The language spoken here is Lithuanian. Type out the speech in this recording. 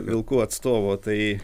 vilkų atstovo tai